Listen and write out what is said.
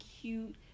cute